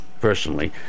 personally